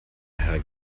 herr